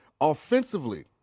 offensively